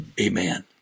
Amen